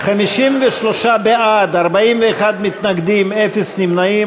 53 בעד, 41 מתנגדים, אפס נמנעים.